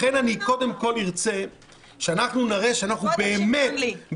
לכן קודם כול ארצה שנראה שאנחנו באמת --- קודם שוויון לי,